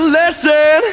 listen